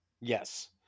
yes